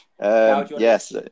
Yes